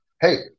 Hey